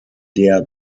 der